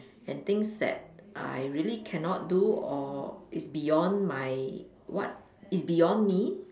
and things that I really cannot do or is beyond my what is beyond me